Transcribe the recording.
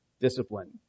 discipline